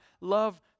love